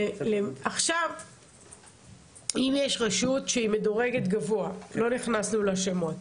אם יש רשות שמדורגת גבוה אנחנו לא נכנסים לשמות